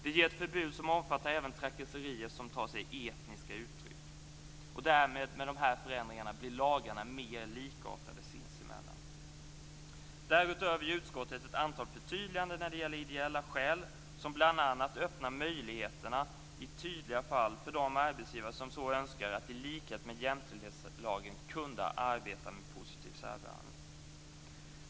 De ger ett förbud som omfattar även trakasserier som tar sig etniska uttryck. Med de här förändringarna blir lagarna mer likartade sinsemellan. Därutöver gör utskottet ett antal förtydliganden när det gäller ideella skäl som bl.a. öppnar möjligheterna för de arbetsgivare som så önskar att i tydliga fall, i likhet med jämställdhetslagen, kunna arbeta med positiv särbehandling.